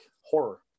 horror